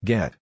Get